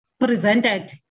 presented